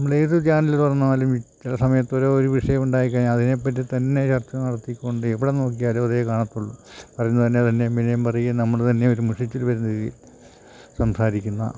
നമ്മൾ ഏത് ചാനല് തുറന്നാലും ചില സമയത്തൊരു ഒരു വിഷയമുണ്ടായി കഴിഞ്ഞാൽ അതിനെ പറ്റി തന്നെ ചർച്ച നടത്തിക്കൊണ്ട് എവിടെ നോക്കിയാലും അതേ കാണത്തുള്ളു അത് തന്നെ പിന്നേം പറയും നമ്മൾ തന്നെ ഒരു മുശിച്ചിൽ വരുന്ന രീതിയിൽ സംസാരിക്കുന്ന